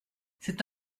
c’est